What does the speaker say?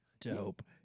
Dope